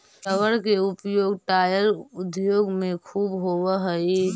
rubber के उपयोग tyre उद्योग में ख़ूब होवऽ हई